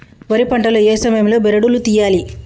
వరి పంట లో ఏ సమయం లో బెరడు లు తియ్యాలి?